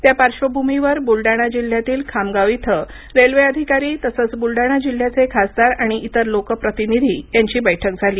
त्या पार्श्वभूमीवर बुलडाणा जिल्ह्यातील खामगाव इथं रेल्वे अधिकारी तसेच बुलडाणा जिल्ह्याचे खासदार आणि इतर लोकप्रतिनिधी यांची बैठक झाली